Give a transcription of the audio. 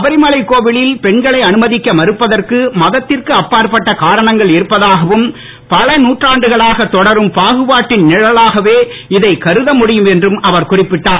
சபரிமலைக் கோவிலில் பெண்களை அனுமதிக்க மறுப்பதற்கு மதத்திற்கு அப்பாற்பட்ட காரணங்கள் இருப்பதாகவும் பல நூற்றாண்டுகளாகத் தொடரும் பாகுபாட்டின் நிழலாகவே இதைக் கருத முடியும் என்றும் அவர் குறிப்பிட்டார்